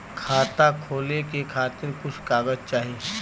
खाता खोले के खातिर कुछ कागज चाही?